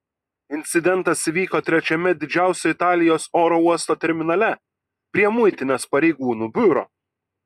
incidentas įvyko trečiame didžiausio italijos oro uosto terminale prie muitinės pareigūnų biuro